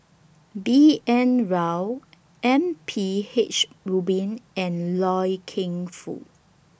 B N Rao M P H Rubin and Loy Keng Foo